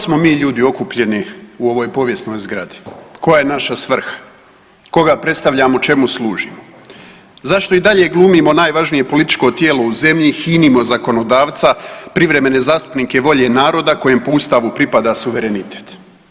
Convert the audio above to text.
smo mi ljudi okupljeni u ovoj povijesnoj zgradi, koja je naša svrha, koga predstavljamo i čemu služimo, zašto i dalje glumimo najvažnije političko tijelo u zemlji, hinimo zakonodavca privremene zastupnike volje naroda kojem po ustavu pripada suverenitet?